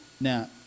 now